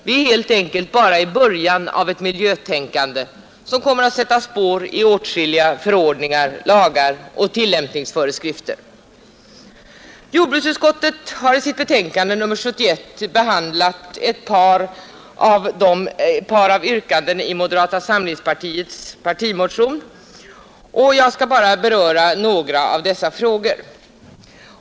Vi är helt enkelt bara i början av ett miljötänkande som kommer att sätta spår i åtskilliga förordningar, lagar och tillämpningsföreskrifter. miljövårdsfrågor. Jordbruksutskottet har i sitt betänkande nr 62 behandlat ett par av yrkandena i den ena av dessa motioner, och jag skall här bara beröra några av dessa.